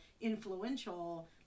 influential